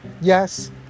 yes